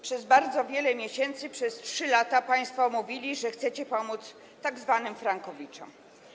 Przez bardzo wiele miesięcy, przez 3 lata państwo mówili, że chcecie pomóc tzw. frankowiczom.